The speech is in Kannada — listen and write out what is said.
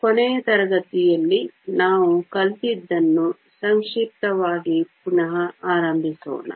ಕೊನೆಯ ತರಗತಿಯಲ್ಲಿ ನಾವು ಕಲಿತದ್ದನ್ನು ಸಂಕ್ಷಿಪ್ತವಾಗಿ ಪುನಃ ಆರಂಭಿಸೋಣ